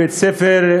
בית-ספר,